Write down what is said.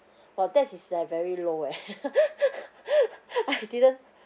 !wow! that is like very low eh I didn't